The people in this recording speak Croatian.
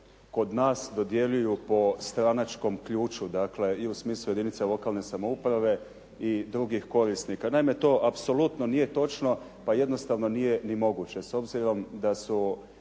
kod nas dodjeljuju po stranačkom ključu, dakle i u smislu jedinica lokalne samouprave i drugih korisnika. Naime to apsolutno nije točno, pa jednostavno nije ni moguće. S obzirom da su